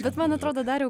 bet man atrodo dariau